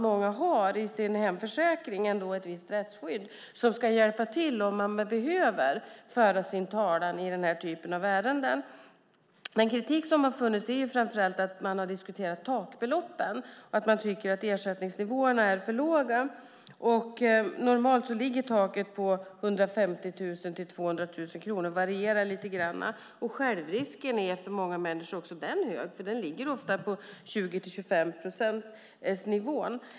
Många har i sin hemförsäkring ett visst rättsskydd som ska hjälpa till om man behöver föra sin talan i den här typen av ärenden. Den kritik som har funnits är framför allt att man har diskuterat takbeloppen. Man tycker att ersättningsnivåerna är för låga. Normalt ligger taket på 150 000-200 000 kronor. Det varierar lite grann. Självrisken är för hög för många människor. Den ligger ofta på 20-25-procentsnivån.